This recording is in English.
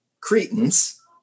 Cretans